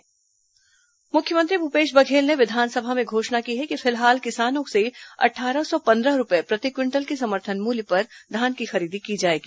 मुख्यमंत्री धान खरीदी मुख्यमंत्री भूपेश बघेल ने विधानसभा में घोषणा की है कि फिलहाल किसानों से अट्ठारह सौ पंद्रह रूपये प्रति क्विंटल के समर्थन मूल्य पर धान की खरीदी की जाएगी